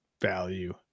value